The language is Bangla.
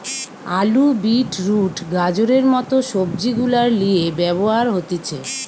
আলু, বিট রুট, গাজরের মত সবজি গুলার লিয়ে ব্যবহার হতিছে